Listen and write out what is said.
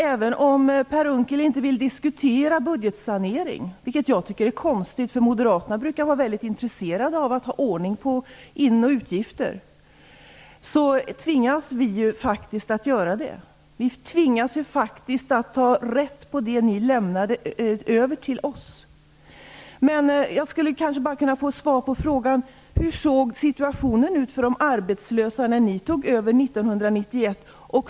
Även om han inte vill diskutera budgetsanering - vilket jag tycker är konstigt, därför att Moderaterna brukar vara väldigt intresserade av att ha ordning på in och utgifter - tvingas vi Socialdemokrater faktiskt att göra just det. Vi tvingas att ta rätt på det ni lämnade över till oss. Jag skulle kanske kunna få ett svar på frågan om hur situationen såg ut för de arbetslösa när ni tog över 1991.